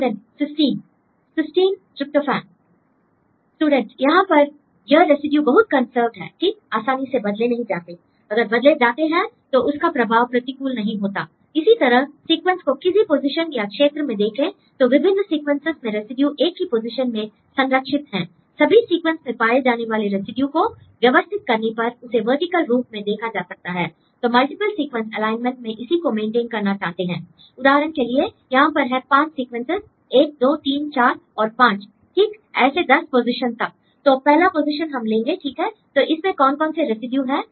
student cysteine cysteine tryptophan यहां पर यह रेसिड्यू बहुत कंसर्व्ड हैं ठीक आसानी से बदले नहीं जाते l अगर बदले जाते हैं तो उसका प्रभाव प्रतिकूल नहीं होता l इसी तरह सीक्वेंस को किसी पोजीशन या क्षेत्र में देखें तो विभिन्न सीक्वेंसेस में रेसिड्यू एक ही पोजीशन में संरक्षित हैं l सभी सीक्वेंस में पाए जाने वाले रेसिड्यू को व्यवस्थित करने पर उसे वर्टिकल रूप में देखा जा सकता है l तो मल्टीप्ल सीक्वेंस एलाइनमेंट में इसी को मेंटेन करना चाहते हैं l उदाहरण के लिए यहां पर हैं पांच सीक्वेंसेस 1 2 3 4 और 5 ठीक ऐसे 10 पोजीशन तक l तो पहला पोजीशन हम लेंगे ठीक है तो इसमें कौन कौन से रेसिड्यू हैं